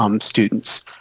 students